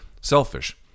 selfish